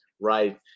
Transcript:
right